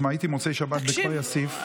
הייתי במוצאי שבת בכפר יאסיף,